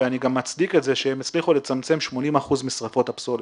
ואני מצדיק את זה שהם הצליחו לצמצם 80% משריפות הפסולת.